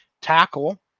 tackle